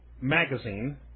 Magazine